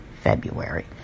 february